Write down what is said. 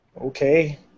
Okay